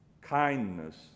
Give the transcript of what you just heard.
kindness